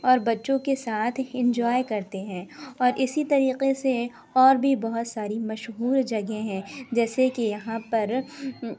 اور بچوں کے ساتھ انجوائے کرتے ہیں اور اسی طریقے سے اور بھی بہت ساری مشہور جگہیں ہیں جیسے کہ یہاں پر